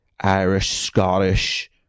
Irish-Scottish